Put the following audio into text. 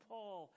Paul